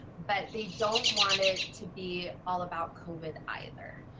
but they don't want it to be all about covid either.